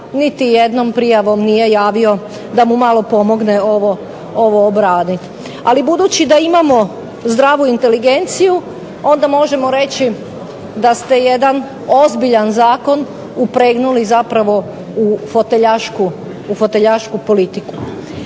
niti jednom prijavom nije javio da mu malo pomogne ovo obraniti. Ali budući da imamo zdravu inteligenciju onda možemo reći da ste jedan ozbiljan zakon upregnuli zapravo u foteljašku politiku,